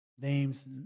names